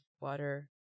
water